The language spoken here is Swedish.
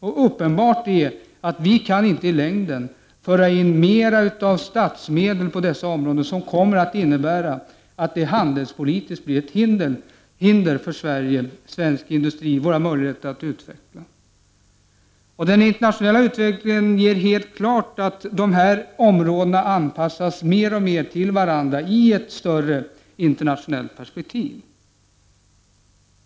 Det är uppenbart att vi i längden inte kan föra in mera av statsmedel på dessa områden, vilket skulle innebära att man handelspolitiskt försämrar våra möjligheter att utveckla svensk industri. Den internationella utvecklingen visar helt klart att de här områdena mer och mer anpassas till varandra i ett internationellt perspektiv.